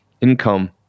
income